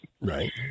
Right